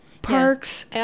Parks